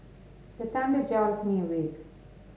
the thunder jolt me awake